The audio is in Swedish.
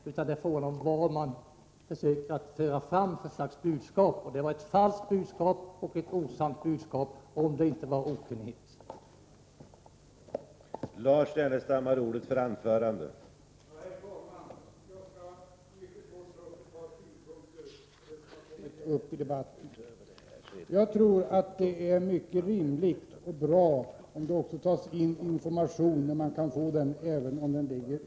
Frågan gäller vilket slags budskap man försöker föra fram, och i Granskning av det här fallet var det ett falskt och osant budskap — såvida det inte berodde på statsrådens tjänste